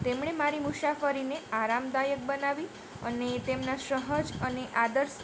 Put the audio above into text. તેમણે મારી મુસાફરીને આરામ દાયક બનાવી અને તેમના સહજ અને આદર્શ